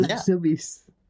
service